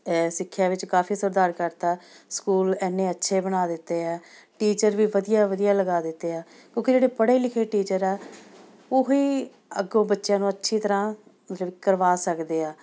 ਸਿੱਖਿਆ ਵਿੱਚ ਕਾਫੀ ਸੁਧਾਰ ਕਰਤਾ ਸਕੂਲ ਇੰਨੇ ਅੱਛੇ ਬਣਾ ਦਿੱਤੇ ਆ ਟੀਚਰ ਵੀ ਵਧੀਆ ਵਧੀਆ ਲਗਾ ਦਿੱਤੇ ਆ ਕਿਉਂਕਿ ਜਿਹੜੇ ਪੜ੍ਹੇ ਲਿਖੇ ਟੀਚਰ ਆ ਉਹ ਹੀ ਅੱਗੋਂ ਬੱਚਿਆਂ ਨੂੰ ਅੱਛੀ ਤਰ੍ਹਾਂ ਮਤਲਬ ਕਰਵਾ ਸਕਦੇ ਆ